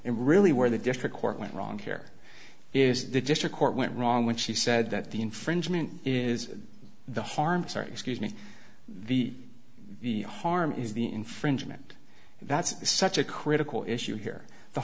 and really where the district court went wrong here is the district court went wrong when she said that the infringement is the harm sorry excuse me the harm is the infringement that's such a critical issue here the